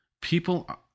people